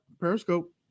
Periscope